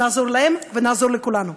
נעזור להם ונעזור לכולנו.